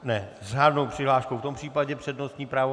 S řádnou přihláškou, v tom případě přednostní právo.